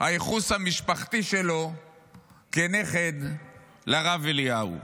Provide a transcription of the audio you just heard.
הייחוס המשפחתי שלו כנכד לרב אליהו.